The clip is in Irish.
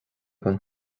den